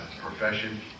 profession